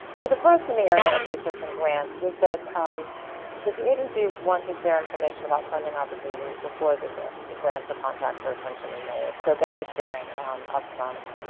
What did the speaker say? the first in the area of research and grants was that um that the agencies want to share information about funding opportunities before the grants or contracts are essentially made so get the sharing upfront.